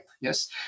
Yes